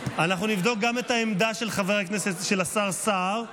גם את העמדה של השר סער,